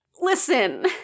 listen